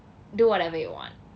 do whatever you want